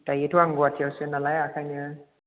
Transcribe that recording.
दायोथ' आं गुवाहाटियावसो नालाय ओंखायनो